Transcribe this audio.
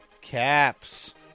Caps